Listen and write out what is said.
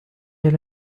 إلى